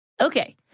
Okay